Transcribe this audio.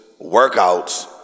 workouts